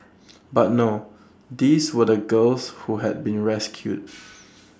but no these were the girls who had been rescued